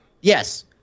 Yes